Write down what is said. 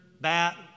bat